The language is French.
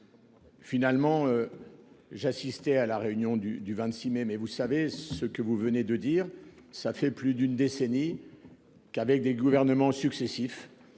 Finalement. J'ai assisté à la réunion du du 26 mai. Mais vous savez ce que vous venez de dire, ça fait plus d'une décennie. Qu'avec des gouvernements successifs.